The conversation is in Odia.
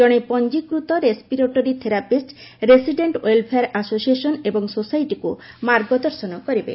ଜଣେ ପଞ୍ଜିକୃତ respiratory therapist resident welfare association ଏବଂ ସୋସାଇଟିକୁ ମାର୍ଗ ଦର୍ଶନ କରିବେ